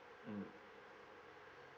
mmhmm